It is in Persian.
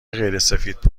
غیرسفید